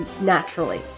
naturally